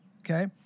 okay